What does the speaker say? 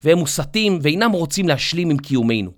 והם מוסטים ואינם רוצים להשלים עם קיומנו.